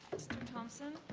thomson?